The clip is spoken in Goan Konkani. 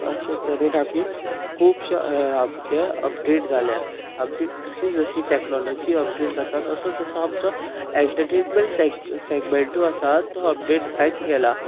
अशे तरेन आमी खुबशे आमचे अपडेट जाल्या आमची जशी जशी टॅक्नोलॉजी अपडेट जाता तसो तसो आमचो एन्टर्टेनम सॅ सेगमेल्टू आसा तो अपडेट जायत गेला